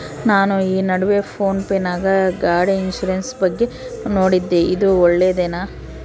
ನಾನು ಈ ನಡುವೆ ಫೋನ್ ಪೇ ನಾಗ ಗಾಡಿ ಇನ್ಸುರೆನ್ಸ್ ಬಗ್ಗೆ ನೋಡಿದ್ದೇ ಇದು ಒಳ್ಳೇದೇನಾ?